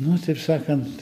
nu taip sakant